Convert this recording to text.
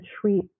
treat